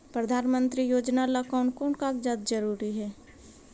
प्रधानमंत्री योजना ला कोन कोन कागजात जरूरी है?